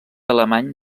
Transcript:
alemany